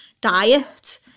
diet